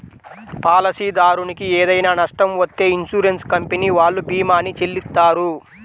పాలసీదారునికి ఏదైనా నష్టం వత్తే ఇన్సూరెన్స్ కంపెనీ వాళ్ళు భీమాని చెల్లిత్తారు